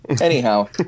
anyhow